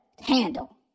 handle